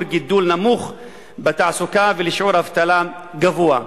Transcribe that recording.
גידול נמוך בתעסוקה ולשיעור אבטלה גבוה.